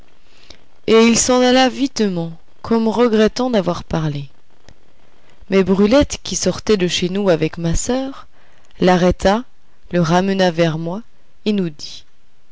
et il s'en alla vitement comme regrettant d'avoir parlé mais brulette qui sortait de chez nous avec ma soeur l'arrêta le ramena vers moi et nous dit